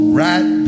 right